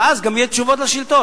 ואז גם יהיו תשובות לשאילתות.